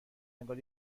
انگار